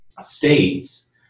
states